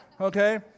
okay